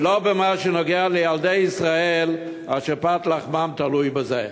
ולא מה שנוגע לילדי ישראל אשר פת לחמם תלויה בזה.